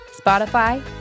Spotify